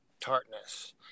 tartness